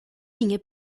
minha